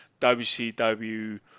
WCW